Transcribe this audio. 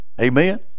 Amen